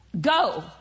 Go